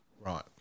Right